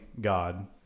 God